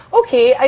okay